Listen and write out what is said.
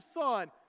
son